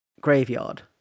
Graveyard